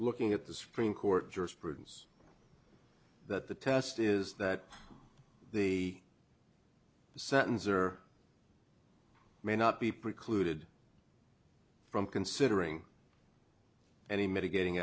looking at the supreme court jurisprudence that the test is that the sentence or may not be precluded from considering any mitigating